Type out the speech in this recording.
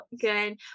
good